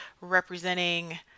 representing